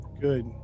Good